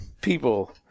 People